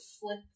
flip